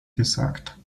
gesagt